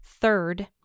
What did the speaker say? third